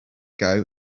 ago